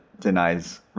denies